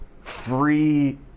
free